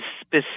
specific